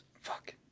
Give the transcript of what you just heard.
Fuck